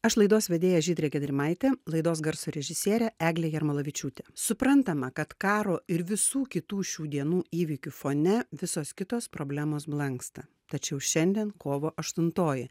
aš laidos vedėja žydrė gedrimaitė laidos garso režisierė eglė jarmalavičiūtė suprantama kad karo ir visų kitų šių dienų įvykių fone visos kitos problemos blanksta tačiau šiandien kovo aštuntoji